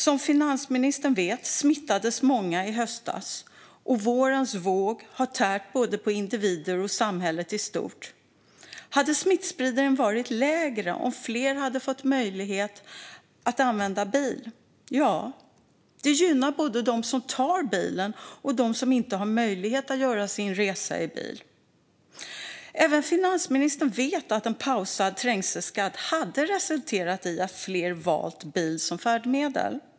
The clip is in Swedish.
Som finansministern vet smittades många i höstas, och vårens våg har tärt på både individer och samhället i stort. Skulle smittspridningen ha varit lägre om fler hade fått möjlighet att använda bil? Ja. Det gynnar både dem som tar bilen och dem som inte har möjlighet att göra sin resa i bil. Även finansministern vet att en pausad trängselskatt skulle ha resulterat i att fler hade valt bil som färdmedel.